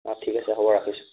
অঁ ঠিক আছে হ'ব ৰাখিছোঁ